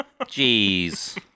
Jeez